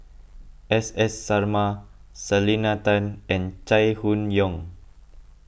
S S Sarma Selena Tan and Chai Hon Yoong